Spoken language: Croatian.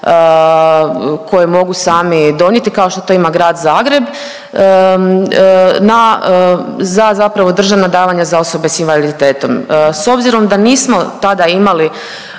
koje mogu sami donijeti kao što to ima Grad Zagreb na, za zapravo državna davanja za osobe s invaliditetom. S obzirom da nismo tada imali